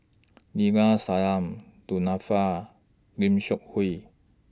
Neila Du Nanfa Lim Seok Hui